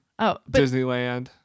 Disneyland